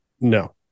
No